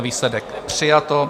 Výsledek: přijato.